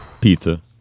Pizza